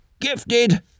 gifted